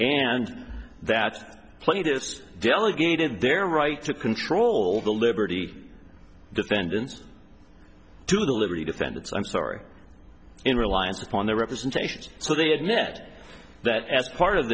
and that plaintiffs delegated their right to control the liberty defendants to the liberty defendants i'm sorry in reliance upon their representations so they had met that as part of